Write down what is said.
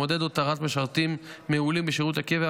המעודד הותרת משרתים מעולים בשירות הקבע,